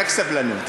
רק סבלנות.